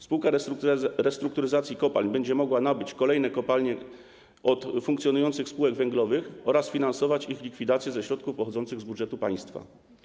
Spółka Restrukturyzacji Kopalń będzie mogła nabyć kolejne kopalnie od funkcjonujących spółek węglowych oraz finansować ich likwidację ze środków pochodzących z budżetu państwa.